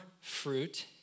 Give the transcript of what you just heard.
fruit